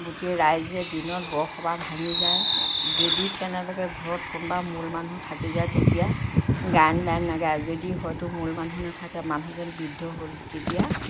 গোটেই ৰাইজে দিনত বৰসবাহ ভাঙি যায় যদি কেনেবাকৈ ঘৰত কোনোবা মূল মানুহ থাকি যায় তেতিয়া গায়ন বায়ন নাগায় যদি হয়তো মূল মানুহ নাথাকে মানুহজন বৃদ্ধ হ'ল তেতিয়া